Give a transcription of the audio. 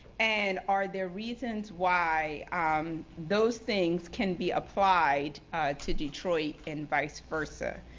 and are there reasons why um those things can be applied to detroit and vice versa?